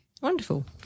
wonderful